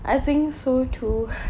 I think so too